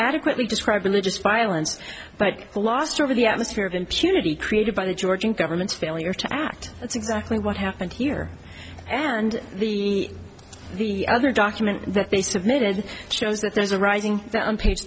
adequately describe religious violence but lost over the atmosphere of impunity created by the georgian government's failure to act that's exactly what happened here and the the other document that they submitted shows that there's a rising